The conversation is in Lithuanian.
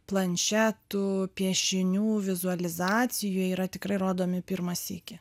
planšetų piešinių vizualizacijų yra tikrai rodomi pirmą sykį